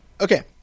Okay